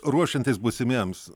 ruošiantis būsimiems